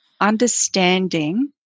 understanding